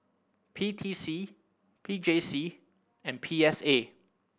P T C P J C and P S A